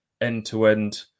end-to-end